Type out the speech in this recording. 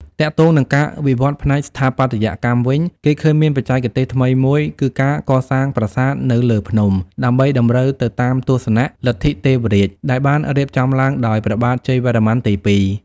ទាក់ទងនឹងការវិវត្តផ្នែកស្ថាបត្យកម្មវិញ គេឃើញមានបច្ចេកទេសថ្មីមួយ គឺការកសាងប្រាសាទនៅលើភ្នំ ដើម្បីតម្រូវទៅតាមទស្សនៈ លទ្ធិទេវរាជ ដែលបានរៀបចំឡើងដោយព្រះបាទជ័យវរ្ម័នទី២។